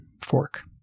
fork